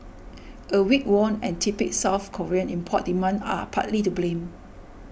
a weak won and tepid South Korean import demand are partly to blame